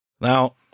Now